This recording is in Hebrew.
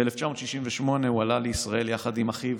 ב-1968 הוא עלה לישראל יחד עם אחיו.